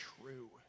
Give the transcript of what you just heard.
true